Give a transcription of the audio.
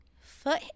Foot